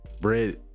bread